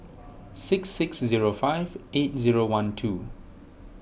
six six zero five eight zero one two